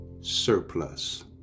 surplus